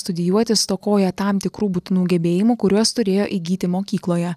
studijuoti stokoja tam tikrų būtinų gebėjimų kuriuos turėjo įgyti mokykloje